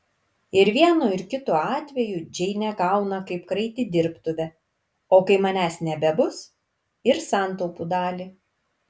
ir vienu ir kitu atveju džeinė gauna kaip kraitį dirbtuvę o kai manęs nebebus ir santaupų dalį